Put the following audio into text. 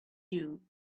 you